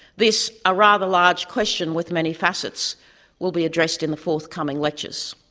this a rather large question with many facets will be addressed in the forthcoming lectures.